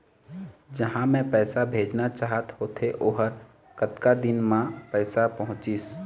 जहां मैं पैसा भेजना चाहत होथे ओहर कतका दिन मा पैसा पहुंचिस?